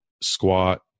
squat